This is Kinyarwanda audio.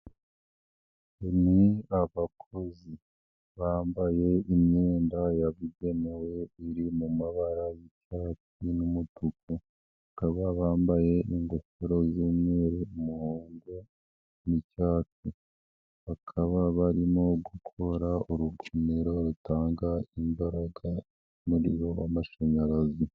Ni abakozi bambaye imyenda yabugenewe iri mu mabara y'icyatsi ndetse n'umutuku, bakaba bambaye ingofero z'umweru, umuhondo, n'icyatsi, bakaba barimo gukora urugomero rutanga imbaraga z'umuriro w'amashanyarazi.